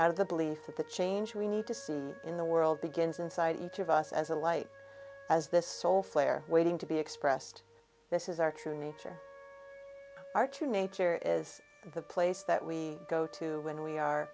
out of the belief that the change we need to see in the world begins inside each of us as a light as this soul flare waiting to be expressed this is our true nature our true nature is the place that we go to when we are